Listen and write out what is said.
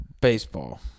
Baseball